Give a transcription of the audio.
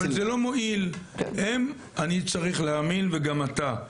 אבל זה לא מועיל, אני צריך להאמין וגם אתה.